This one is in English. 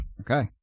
Okay